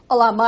Olá